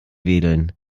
wedeln